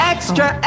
Extra